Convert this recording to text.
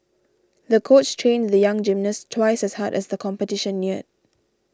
the coach trained the young gymnast twice as hard as the competition neared